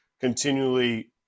continually